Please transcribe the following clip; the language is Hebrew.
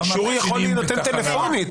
שהוא יכול להינתן טלפונית.